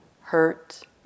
hurt